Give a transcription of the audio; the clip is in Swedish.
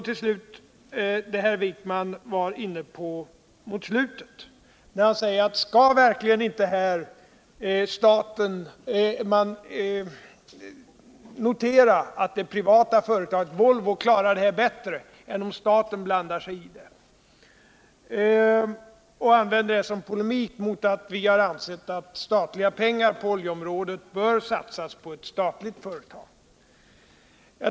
I slutet av sitt anförande frågade herr Wijkman om staten här inte borde notera att det privata företaget Volvo klarar det här bättre på egen hand än om staten blandar sig i det. Han gjorde det i polemik mot att vi ansett att statliga pengar på oljeområdet bör satsas på ett statligt företag.